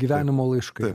gyvenimo laiškai